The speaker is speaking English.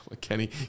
Kenny